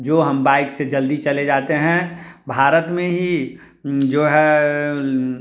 जो हम बाइक से जल्दी चले जाते हैं भारत में ही जो है